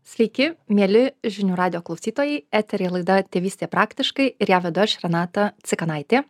sveiki mieli žinių radijo klausytojai eteryje laida tėvystė praktiškai ir ją vedu aš renata cikanaitė